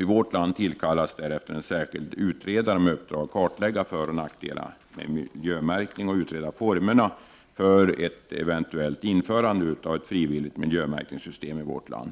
I vårt land tillkallades härefter en särskild utredare med uppdrag att kartlägga föroch nackdelar med miljömärkning och utreda formerna för ett eventuellt införande av ett frivilligt miljömärkningssystem i vårt land.